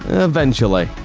eventually.